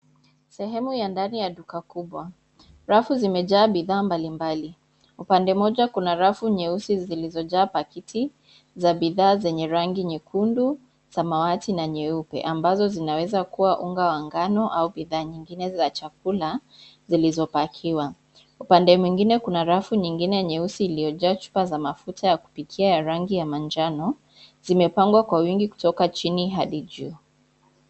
Sehemu ya ndani ya duka kubwa. Rafu zimejaa bidhaa mbalimbali. Upande moja kuna rafu nyeusi zilizojaa pakiti, za bidhaa zenye rangi nyekundu samawati na nyeupe, ambazo zinaweza kuwa unga wa ngano au bidhaa nyingine za chakula, zilizopakiwa. Upande mwingine kuna rafu nyingine nyeusi iliyojaa chupa za mafuta ya kupikia rangi ya manjano, zimepangwa kwa wingi kutoka chini hadi juu.